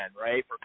right